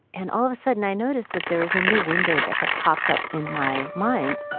and all of a sudden, i noticed that there was a new window that had popped up in my mind,